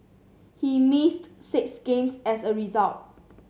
he missed six games as a result